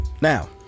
Now